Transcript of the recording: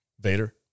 Vader